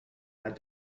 had